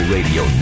Radio